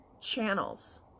channels